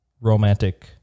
romantic